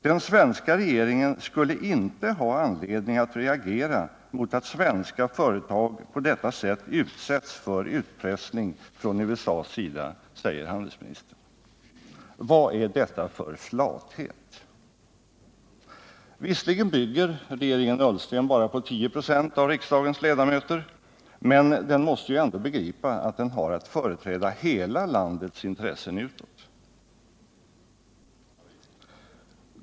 Den svenska regeringen skulle inte ha anledning att reagera mot att svenska företag på detta sätt utsätts för utpressning från USA:s sida, säger handelsministern. Vad är detta för flathet? Visserligen bygger regeringen Ullsten bara på 10 96 av riksdagens ledamöter, men den måste ju ändå begripa att den har att företräda hela landets intressen utåt.